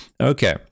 okay